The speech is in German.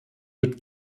wird